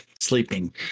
sleeping